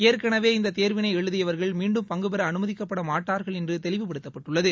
ஏற்கனவே இந்த தேர்வினை எழுதியவர்கள் மீண்டும் பங்குபெற அனுமதிக்கப்பட மாட்டார்கள் என்றும் தெளிவுபடுத்தப்பட்டுள்ளது